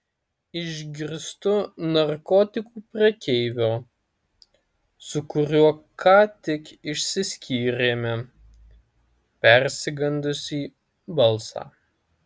išgirstu narkotikų prekeivio su kuriuo ką tik išsiskyrėme persigandusį balsą